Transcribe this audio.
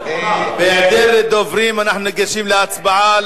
נא לא להפריע,